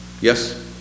Yes